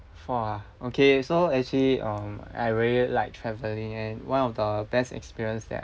four ah okay so actually um I really like travelling and one of the best experience that